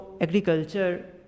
agriculture